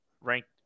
ranked